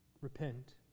repent